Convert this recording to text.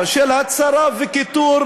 כל תינוק,